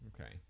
okay